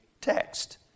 text